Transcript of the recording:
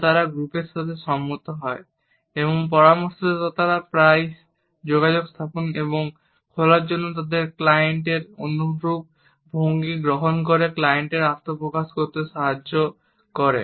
যা তারা গ্রুপের সাথে সম্মত হয় এবং পরামর্শদাতারা প্রায়শই যোগাযোগ স্থাপন এবং খোলার জন্য তাদের ক্লায়েন্টদের অনুরূপ ভঙ্গি গ্রহণ করে ক্লায়েন্টদের আত্ম প্রকাশ করতে সহায়তা করে